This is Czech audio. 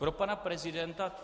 Pro pana prezidenta?